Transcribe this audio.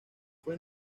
fue